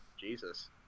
Jesus